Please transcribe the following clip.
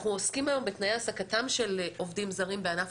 אנחנו עוסקים היום בתנאי העסקתם של עובדים זרים בענף